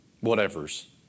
whatever's